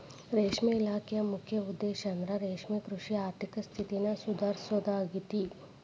ರೇಷ್ಮೆ ಇಲಾಖೆಯ ಮುಖ್ಯ ಉದ್ದೇಶಂದ್ರ ರೇಷ್ಮೆಕೃಷಿಯ ಆರ್ಥಿಕ ಸ್ಥಿತಿನ ಸುಧಾರಿಸೋದಾಗೇತಿ